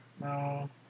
No